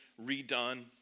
redone